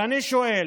ואני שואל,